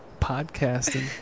Podcasting